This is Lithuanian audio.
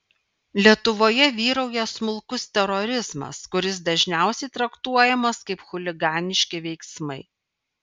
lietuvoje vyrauja smulkus terorizmas kuris dažniausiai traktuojamas kaip chuliganiški veiksmai